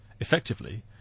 Effectively